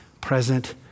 present